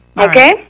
Okay